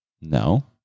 No